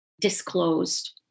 disclosed